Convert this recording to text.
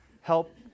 help